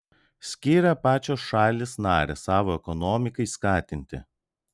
skiria pačios šalys narės savo ekonomikai skatinti